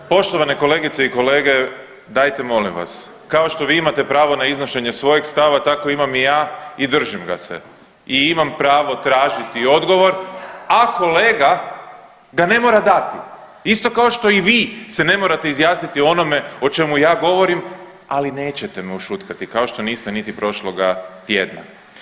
Poštovane kolegice i kolege, dajte molim vas kao što vi imate pravo na iznošenje svojeg stava tako imam i ja i držim ga se i imam pravo tražiti odgovor, a kolega ga ne mora dati išto kao što i vi se ne morate izjasniti o onome o čemu ja govorim, ali nećete me ušutkati kao što niste niti prošloga tjedna.